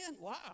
Wow